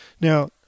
now